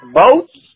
boats